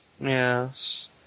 Yes